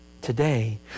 today